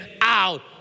out